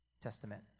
Testament